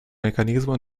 meccanismo